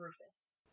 rufus